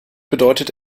bedeutet